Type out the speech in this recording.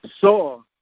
saw